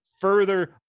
further